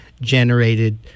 generated